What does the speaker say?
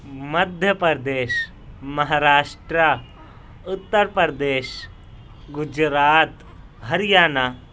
Madhya Pradesh Maharashtra Uttar Pradesh Gujarat Haryana